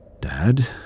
Dad